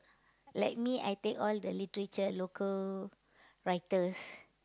like me I take all the literature local writers